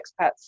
expats